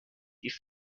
die